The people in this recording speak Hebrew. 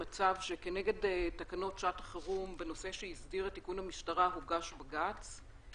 שכנגד תקנות שעת חירום בנושא שהסדיר את איכון המשטרה הוגש בג"ץ.